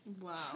wow